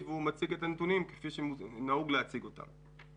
ומציגה את הנתונים כפי שנהוג להציג אותם.